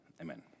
Amen